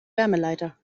wärmeleiter